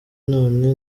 none